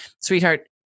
Sweetheart